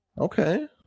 okay